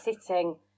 sitting